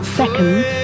seconds